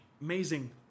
amazing